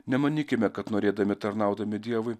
nemanykime kad norėdami tarnaudami dievui